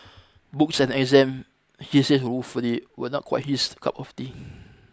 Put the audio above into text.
books and exam he says ruefully were not quite his cup of tea